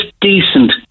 decent